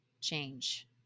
change